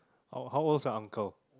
how how old is your uncle